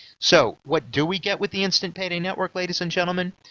so, what do we get with the instant payday network, ladies and gentlemen?